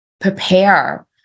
prepare